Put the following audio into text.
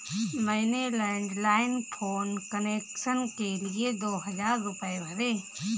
मैंने landline phone connection के लिए दो हजार रुपए भरे